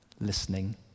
listening